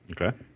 okay